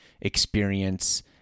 experience